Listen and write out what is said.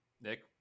Nick